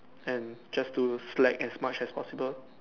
and just to slack as much as possible